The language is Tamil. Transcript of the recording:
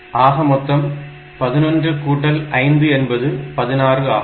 ஆக மொத்தம் 11 கூட்டல் 5 என்பது 16 ஆகும்